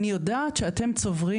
אני יודעת שאתם צוברים,